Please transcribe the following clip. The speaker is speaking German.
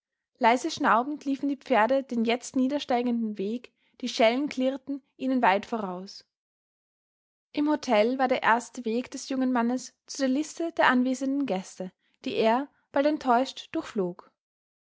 leise schnaubend liefen die pferde den jetzt niedersteigenden weg die schellen klirrten ihnen weit voraus im hotel war der erste weg des jungen mannes zu der liste der anwesenden gäste die er bald enttäuscht durchflog